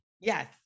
Yes